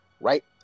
Right